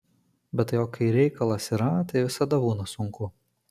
bet tai o kai reikalas yra tai visada būna sunku